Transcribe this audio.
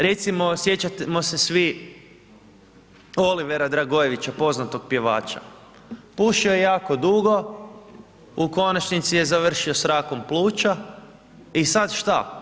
Recimo sjećamo se svi Olivera Dragojevića, poznatog pjevača, pušio je jako dugo, u konačnici je završio sa rakom pluća, i sad šta?